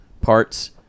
parts